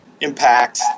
impact